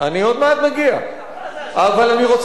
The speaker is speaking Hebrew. אבל אני רוצה להגיד משהו חשוב, חבר הכנסת כץ.